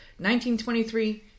1923